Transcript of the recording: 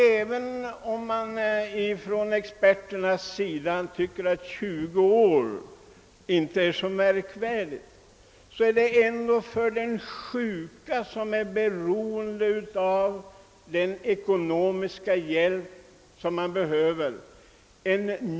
även om experterna tycker att 20 år inte är så mycket, är det ändå en ganska lång tidrymd för de sjuka som är beroende av ekonomisk hjälp.